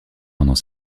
pendant